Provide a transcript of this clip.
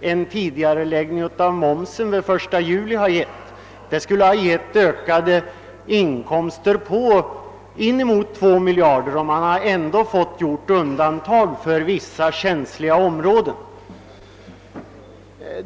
en tidigareläggning av momsen den 1 juli ha givit? Jo, den skulle ha givit ökade inkomster på inemot 2 miljarder, och då har vi ändå gjort undantag för vissa känsliga områden.